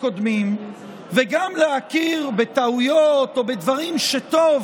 הקודמים וגם להכיר בטעויות או בדברים שטוב